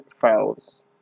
files